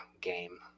game